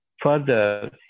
further